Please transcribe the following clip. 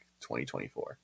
2024